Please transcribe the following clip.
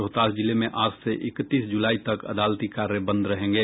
रोहतास जिले में आज से इकतीस जुलाई तक अदालती कार्य बंद रहेंगे